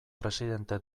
presidente